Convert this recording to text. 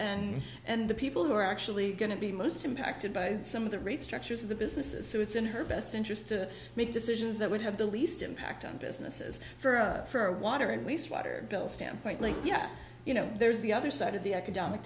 and and the people who are actually going to be most impacted by some of the rate structures of the businesses so it's in her best interest to make decisions that would have the least impact on businesses for water and waste water bill standpoint like yeah you know there's the other side of the